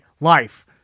life